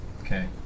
Okay